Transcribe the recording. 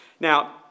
Now